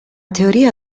teoria